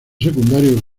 secundarios